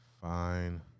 Fine